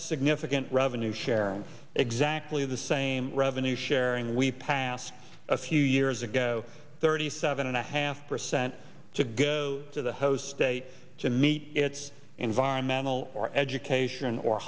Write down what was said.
significant revenue sharing exactly the same revenue sharing we passed a few years ago thirty seven and a half percent to go to the host state to meet its environmental or education or